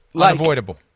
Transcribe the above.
Unavoidable